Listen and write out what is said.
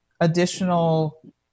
additional